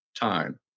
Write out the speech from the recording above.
time